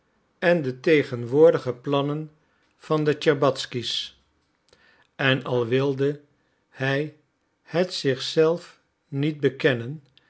en de tegenwoordige plannen van de tscherbatzky's en al wilde hij het zich zelf niet bekennen